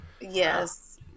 Yes